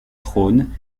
trône